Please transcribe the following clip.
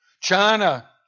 China